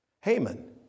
Haman